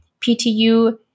PTU